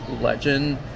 legend